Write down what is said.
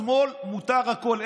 לשמאל מותר הכול.